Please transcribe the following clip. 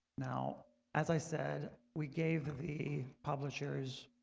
now as i said, we gave the the publishers,